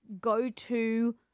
go-to